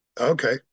okay